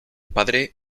padre